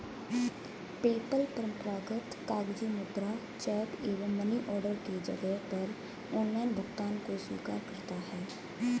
PayPal परंपरागत कागजी मुद्रा, चेक एवं मनी ऑर्डर के जगह पर ऑनलाइन भुगतान को स्वीकार करता है